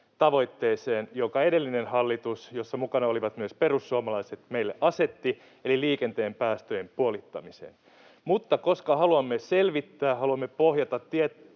tavoitteeseen, jonka edellinen hallitus — jossa mukana olivat myös perussuomalaiset — meille asetti, eli liikenteen päästöjen puolittamiseen. Mutta koska haluamme selvittää ja haluamme pohjata